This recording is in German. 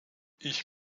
ich